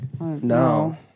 No